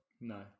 No